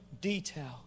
detail